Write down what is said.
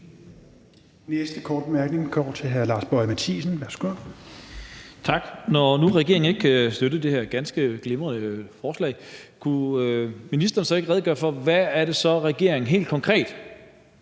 Boje Mathiesen. Værsgo. Kl. 16:06 Lars Boje Mathiesen (NB): Når nu regeringen ikke kan støtte det her ganske glimrende forslag, kunne ministeren så ikke redegøre for, hvad det så er, regeringen helt konkret